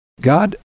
God